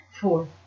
four